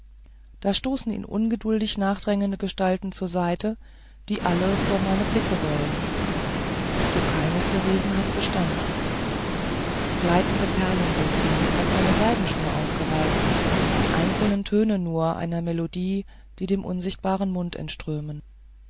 da stoßen ihn ungeduldig nachdrängende gestalten zur seite die alle vor meine blicke wollen doch keines der wesen hat bestand gleitende perlen sind sie auf eine seidenschnur gereiht die einzelnen töne nur einer melodie die dem unsichtbaren mund